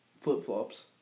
flip-flops